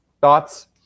Thoughts